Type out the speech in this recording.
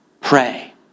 pray